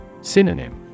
Synonym